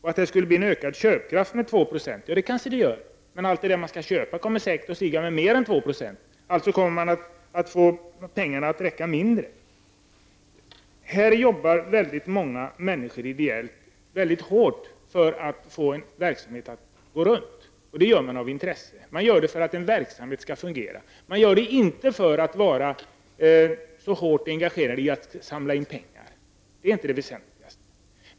Det är möjligt att köpkraften ökar med 2 %, men allt det där man skall köpa kommer säkerligen att stiga med mer än 2 %. Pengarna kommer alltså att räcka till mindre. Många människor jobbar ideellt väldigt hårt för att få verksamheten att gå runt. De gör det av intresse och för att verksamheten skall fungera. Man arbetar inte i första hand för att samla in pengar -- det är inte det väsentliga.